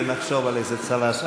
ונחשוב על איזה צל"ש.